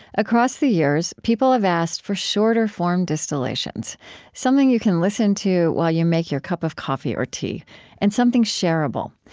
across the years, people have asked for shorter-form distillations something you can listen to while you make your cup of coffee or tea and something shareable.